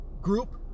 group